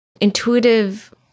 intuitive